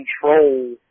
control